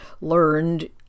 learned